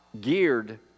geared